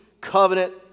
covenant